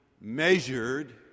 measured